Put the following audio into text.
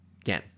Again